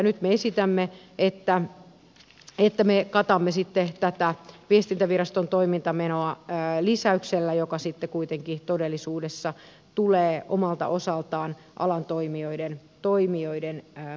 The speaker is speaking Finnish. nyt me esitämme että me katamme tätä viestintäviraston toimintamenoa lisäyksellä joka kuitenkin todellisuudessa tulee omalta osaltaan alan toimijoiden maksettavaksi